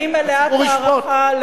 ואני מלאת הערכה,